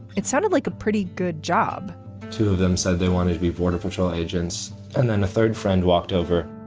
it sounded like a pretty good job two of them said they wanted to be border patrol agents and then a third friend walked over